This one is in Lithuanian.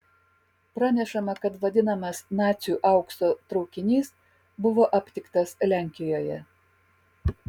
pranešama kad vadinamas nacių aukso traukinys buvo aptiktas lenkijoje